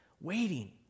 waiting